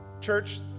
Church